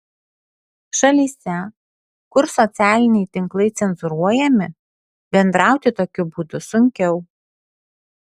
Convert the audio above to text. šalyse kur socialiniai tinklai cenzūruojami bendrauti tokiu būdu sunkiau